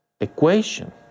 equation